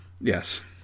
Yes